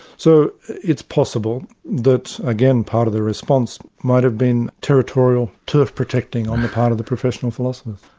so it's possible that again, part of the response might have been territorial turf-protecting on the part of the professional philosophers.